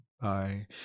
Bye